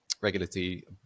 regulatory